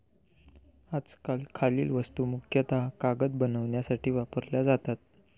आजकाल खालील वस्तू मुख्यतः कागद बनवण्यासाठी वापरल्या जातात